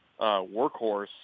workhorse